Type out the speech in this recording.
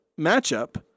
matchup